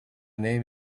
name